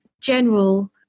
general